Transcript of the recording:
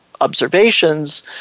observations